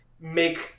make